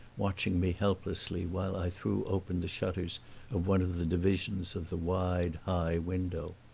watching me helplessly while i threw open the shutters of one of the divisions of the wide high window.